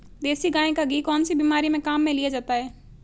देसी गाय का घी कौनसी बीमारी में काम में लिया जाता है?